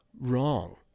wrong